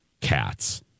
cats